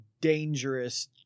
dangerous